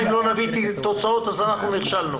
אם לא נביא תוצאות אז אנחנו נכשלנו.